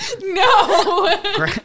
No